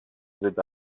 with